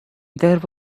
there